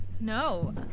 No